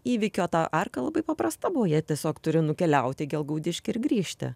įvykio ta arka labai paprasta buvo jie tiesiog turi nukeliauti į gelgaudiškį ir grįžti